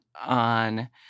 on